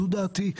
זו דעתי.